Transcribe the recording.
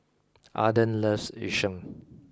Arden loves Yu Sheng